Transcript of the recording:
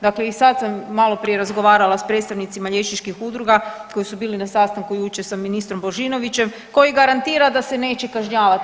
Dakle i sad sam malo prije razgovarala sa predstavnicima liječničkih udruga koji su bili na sastanku jučer sa ministrom Božinovićem koji garantira da se neće kažnjavati.